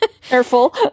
careful